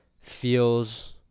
feels